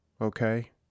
Okay